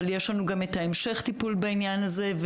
אבל יש לנו גם המשך טיפול בעניין הזה,